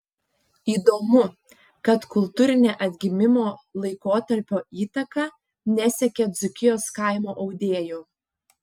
įdomu kad kultūrinė atgimimo laikotarpio įtaka nesiekė dzūkijos kaimo audėjų